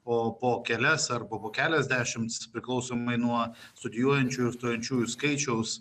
o po kelias arba po keliasdešimts priklausomai nuo studijuojančių ir stojančiųjų skaičiaus